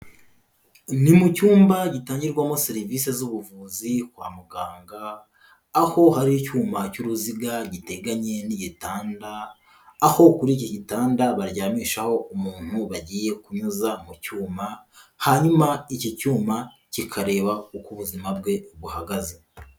Ni mu cyumba gitangirwamo serivisi z'ubuvuzi kwa muganga, aho hari icyuma cy'uruziga giteganye n'igitanda, aho kuri iki gitanda baryamishaho umuntu bagiye kunyuza mu cyuma, hanyuma iki cyuma kikareba uko ubuzima bwe buhagaze.